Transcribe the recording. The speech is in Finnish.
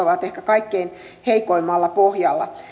ovat ehkä kaikkein heikoimmalla pohjalla